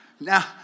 Now